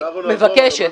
אני מבקשת.